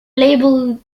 label